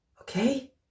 Okay